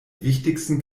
wichtigsten